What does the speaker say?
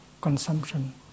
consumption